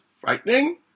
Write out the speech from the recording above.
frightening